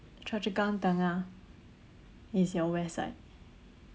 chua-chu-kang tengah is your west side